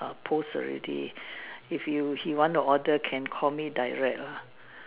err post already if you he want to order can call me direct lah